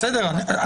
בסדר.